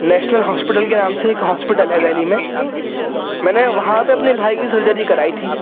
national hospital کے نام سے ایک ہاسپٹل ہے دہلی میں میں نے وہاں پہ اپنے بھائی کی سرجری کرائی تھی